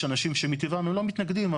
יש אנשים שמטבעם הם לא מתנגדים,